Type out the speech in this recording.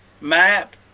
map